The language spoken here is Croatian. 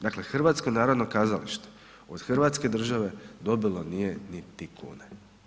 Dakle, HNK od hrvatske države dobilo nije niti kune.